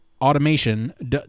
Automation